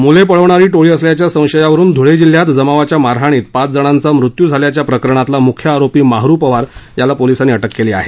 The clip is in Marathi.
मुले पळवणारी टोळी असल्याच्या संशयावरून धूळे जिल्ह्यात जमावाच्या मारहाणीत पाच जणांचा मृत्यू झाल्याच्या प्रकरणातला मुख्य आरोपी माहरू पवार याला पोलीसांनी अटक केली आहे